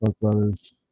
brothers